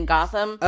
Gotham